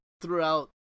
throughout